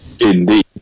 indeed